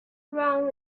run